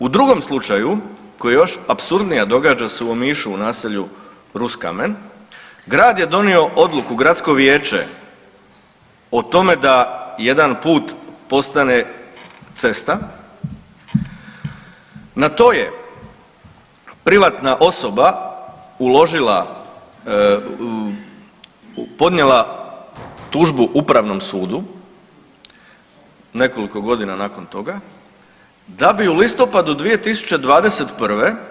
U drugom slučaju koji je još apsurdniji, a događa se u Omišu u naselju Ruskamen, grad je donio odluku, Gradsko vijeće o tome da jedan put postane cesta, na to je privatna osoba uložila u, podnijela tužbu Upravnom sudu nekoliko godina nakon toga, da bi u listopadu 2021.